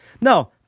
No